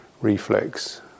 reflex